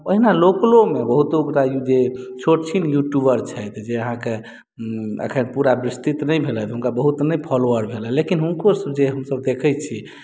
एहिना लोकलो बहुत छोट छिन यूट्यूबर छथि जे अहाँके अखन पूरा विस्तृत नहि भेलथि हुनका बहुत नहि फोलोअर भेल हँ लेकिन हुनको जे हमसब देखै छी